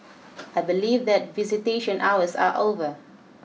I believe that visitation hours are over